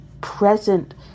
present